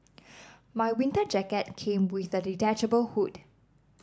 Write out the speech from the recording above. my winter jacket came with a detachable hood